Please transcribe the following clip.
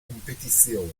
competizione